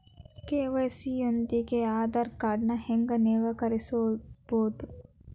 KYC ಯೊಂದಿಗ ಆಧಾರ್ ಕಾರ್ಡ್ನ ಹೆಂಗ ನವೇಕರಿಸಬೋದ